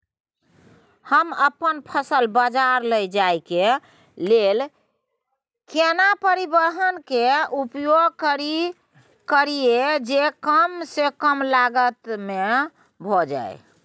हम अपन फसल बाजार लैय जाय के लेल केना परिवहन के उपयोग करिये जे कम स कम लागत में भ जाय?